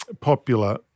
popular